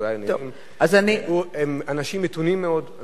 הם אנשים מתונים מאוד,